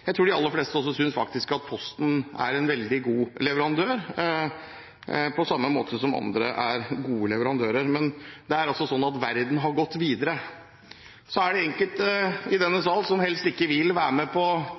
Jeg tror de aller fleste også synes at Posten er en veldig god leverandør, på samme måte som andre er gode leverandører. Men det er sånn at verden har gått videre. Det er enkelte i denne salen som helst ikke vil være med på